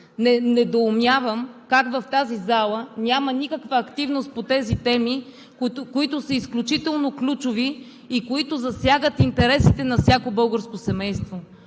Недоумявам как в тази зала няма никаква активност по тези теми, които са изключително ключови и засягат интересите на всяко българско семейство.